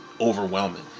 overwhelming